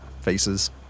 faces